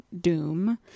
doom